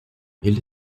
ele